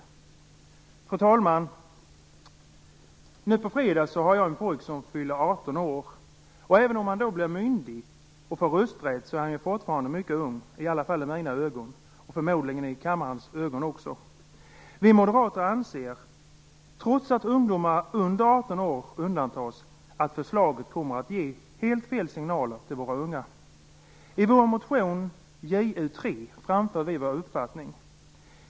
Fru talman! Jag har en son som nu på fredag fyller 18 år. Även om han då blir myndig och får rösträtt är han fortfarande mycket ung - i alla fall i mina ögon, och förmodligen också i kammarledamöternas ögon. Vi moderater anser att förslaget, trots att ungdomar under 18 år undantas, kommer att ge helt fel signaler till våra unga. I vår motion Ju3 framför vi vår uppfattning.